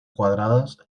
cuadradas